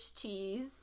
cheese